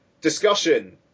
discussion